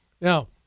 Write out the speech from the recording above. Now